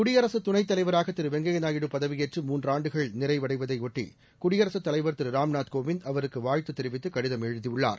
குடியரசு துணைத் தலைவராக திரு வெங்கைய நாயுடு பதவியேற்று மூன்று ஆண்டுகள் நிறைவடைவதையொட்டி குடியரசுத் தலைவர் திரு ராம்நாத் கோவிந்த் அவருக்கு வாழ்த்து தெரிவித்து கடிதம் எழுதியுள்ளார்